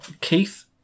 Keith